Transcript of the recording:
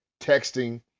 texting